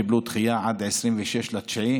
הם קיבלו דחייה עד 26 בספטמבר.